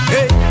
Hey